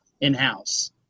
in-house